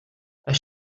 als